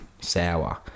Sour